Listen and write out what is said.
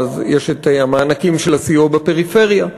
יש את המענקים של הסיוע בפריפריה,